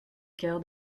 cœur